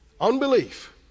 unbelief